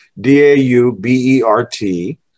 D-A-U-B-E-R-T